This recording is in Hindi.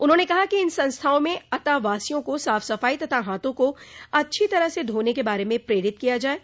उन्होंने कहा कि इन संस्थाओं में अतःवासियों को साफ सफाई तथा हाथों को अच्छी तरह से धोने के बारे में प्रेरित किया जाये